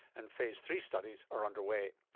and phase three studies are underway.